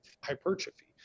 hypertrophy